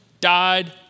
died